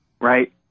right